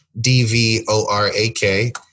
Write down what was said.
D-V-O-R-A-K